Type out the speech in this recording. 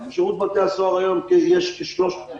בשירות בתי הסוהר יש כ-13,400